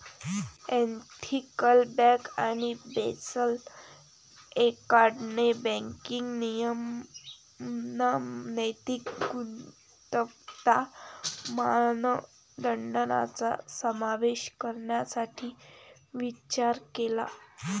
ethical bank आणि Basel एकॉर्डने banking नियमन नैतिक गुणवत्ता मानदंडांचा समावेश करण्यासाठी विस्तार केला